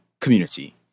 community